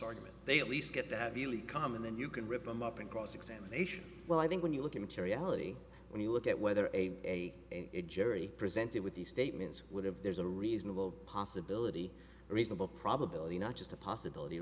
argument they at least get that come in and you can rip them up in cross examination well i think when you look at materiality when you look at whether a jury presented with these statements would have there's a reasonable possibility a reasonable probability not just a possibility